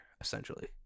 essentially